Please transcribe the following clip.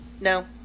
no